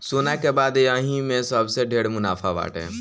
सोना के बाद यही में सबसे ढेर मुनाफा बाटे